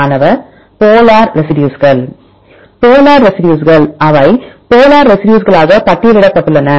மாணவர் போலார் ரெசிடியூஸ்கள் போலார்ரெசிடியூஸ்கள் அவை போலார்ரெசிடியூஸ்களாக பட்டியலிடப்பட்டுள்ளன